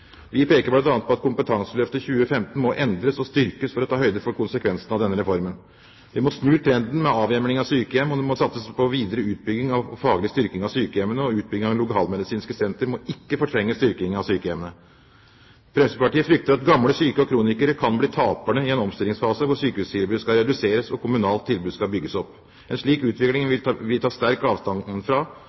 Vi peker bl.a. på at Kompetanseløftet 2015 må endres og styrkes for å ta høyde for konsekvensene av denne reformen. Vi må snu trenden med avhjemling av sykehjem. Det må satses på videre utbygging og faglig styrking av sykehjemmene, og utbygging av lokalmedisinske sentre må ikke fortrenge styrking av sykehjemmene. Fremskrittspartiet frykter at gamle syke og kronikere kan bli taperne i en omstillingsfase hvor sykehustilbudet skal reduseres og kommunalt tilbud skal bygges opp. En slik utvikling vil vi ta sterk avstand fra.